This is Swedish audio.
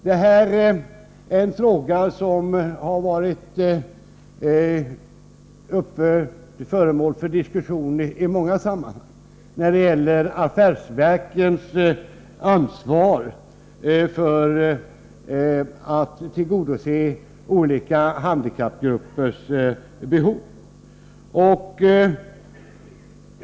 Det här är en fråga som har varit föremål för diskussion i många sammanhang när det gäller affärsverkens ansvar för att tillgodose olika handikappgruppers behov.